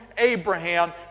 Abraham